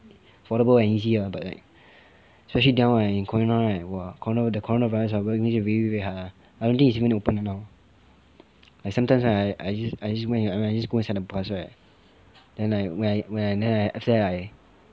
affordable and easy lah but like especially now right the corona right !wah! corona the corona virus ah !wah! really really very hard ah I don't think it's even open right now like sometimes right I just I just went I just go inside the bus right then like when I when I then I after that I